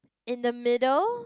in the middle